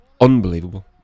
unbelievable